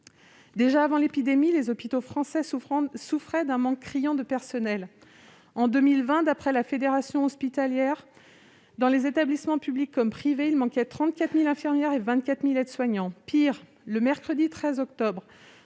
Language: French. Déjà, avant l'épidémie, les hôpitaux français souffraient d'un manque criant de personnel. En 2020, d'après la Fédération hospitalière de France, dans les établissements publics comme privés, il manquait 34 000 infirmières et 24 000 aides-soignants. Pis, le mercredi 13 octobre